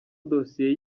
dosiye